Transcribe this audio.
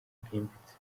bwimbitse